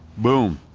boom!